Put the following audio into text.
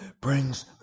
brings